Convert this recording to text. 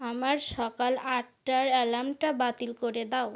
আমার সকাল আটটার অ্যালার্মটা বাতিল করে দাও